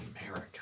America